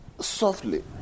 softly